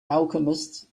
alchemist